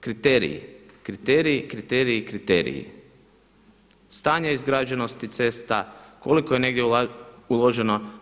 Kriteriji, kriterij, kriteriji i kriteriji, stanje izgrađenosti cesta, koliko je negdje uloženo.